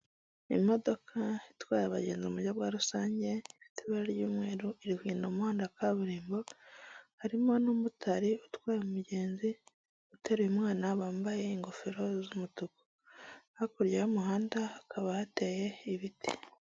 Imodoka itwaye abagenzi mu buryo bwa rusange ifite ibara ry'umweru iri kugenda mu muhanda kaburimbo, harimo n'umumotari utwaye umugenzi uteruye umwana bambaye ingofero z'umutuku, hakurya y'umuhanda hakaba hateye ibiti.